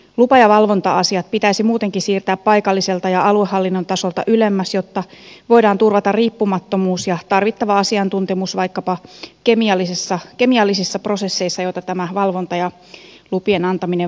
lupa ja valvonta asiat pitäisi muutenkin siirtää paikalliselta ja aluehallinnon tasolta ylemmäs jotta voidaan turvata riippumattomuus ja tarvittava asiantuntemus vaikkapa kemiallisissa prosesseissa joita tämä valvonta ja lupien antaminen vaatii